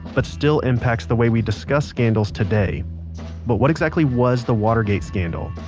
but still impacts the way we discuss scandals today but what exactly was the watergate scandal?